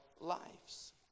lives